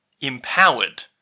empowered